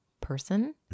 person